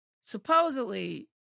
supposedly